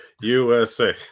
USA